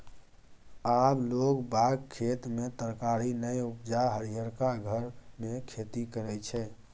आब लोग बाग खेत मे तरकारी नै उपजा हरियरका घर मे खेती करय छै